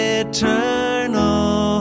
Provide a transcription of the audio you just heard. eternal